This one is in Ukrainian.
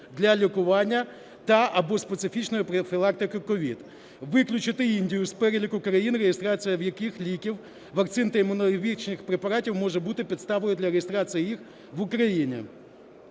для лікування та/або специфічної профілактики COVID. Виключити Індію з переліку країн, реєстрація в яких ліків, вакцин та імунобіологічних препаратів може бути підставою для реєстрації їх в Україні.